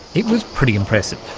it was pretty impressive.